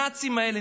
הנאצים האלה,